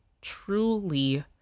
truly